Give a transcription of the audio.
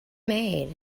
made